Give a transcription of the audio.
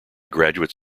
graduate